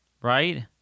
Right